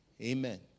Amen